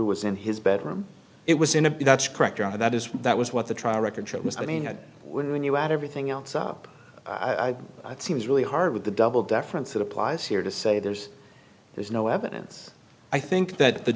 was in his bedroom it was in a b that's correct and that is that was what the trial record shows i mean it when you add everything else up seems really hard with the double deference it applies here to say there's there's no evidence i think that the